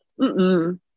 Mm-mm